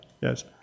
Yes